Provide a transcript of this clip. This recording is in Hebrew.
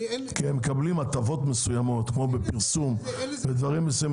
כי הם מקבלים הטבות מסוימות כמו בפרסומים ודברים מסוימים,